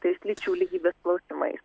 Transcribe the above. tais lyčių lygybės klausimais